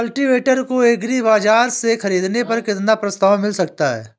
Cultivator को agri Bazaar से ख़रीदने पर कितना प्रस्ताव मिल सकता है?